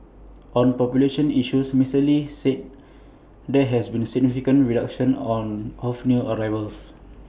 on population issues Mister lee said there has been significant reduction of new arrivals